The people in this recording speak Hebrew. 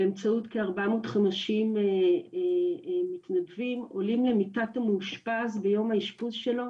באמצעות כארבע מאות חמישים מתנדבים עולים למיטת המאושפז ביום האשפוז שלו